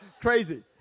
crazy